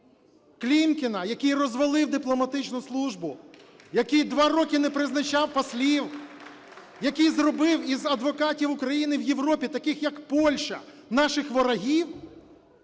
ігри. Клімкіна, який розвалив дипломатичну службу, який 2 роки не призначав послів, який зробив із адвокатів України в Європі, таких як Польща, наших ворогів,